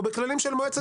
או בכללים של מועצת הלול?